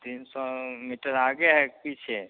तीन सौ मीटर आगे है कि पीछे